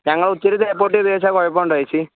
ഞങ്ങൾ ഒത്തിരി തേപ്പുപെട്ടി തേച്ചാൽ കുഴപ്പം ഉണ്ടോ ചേച്ചി